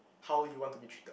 how you want to be treated